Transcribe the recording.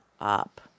up